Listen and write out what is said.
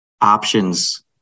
options